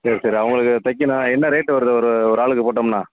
சரி சரி அவங்களுக்கு தைக்கணும் என்ன ரேட்டு வருது ஒரு ஒரு ஆளுக்கு போட்டோம்ன்னால்